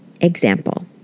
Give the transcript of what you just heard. Example